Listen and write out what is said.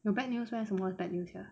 有 bad news meh 什么 bad news sia